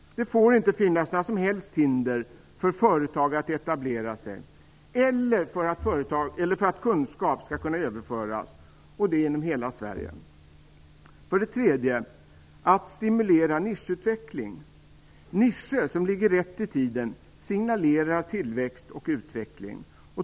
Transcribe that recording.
Det får inte finnas några som helst hinder för företag att etablera sig eller för överföring av kunskap, och det inom hela Sverige. För det tredje: Stimulera nischutveckling. Nischer som ligger rätt i tiden signalerar tillväxt och utveckling.